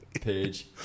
page